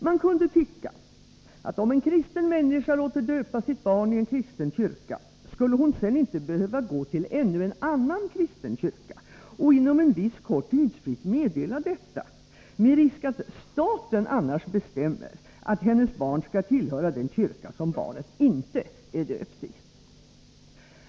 Man kunde tycka att om en kristen människa låter döpa sitt barn i en kristen kyrka, skulle hon sedan inte behöva gå till en annan kristen kyrka och inom en viss kort tid meddela detta, med risk att staten annars bestämmer att hennes barn skall tillhöra den kyrka som barnet inte är döpt i.